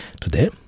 Today